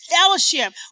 fellowship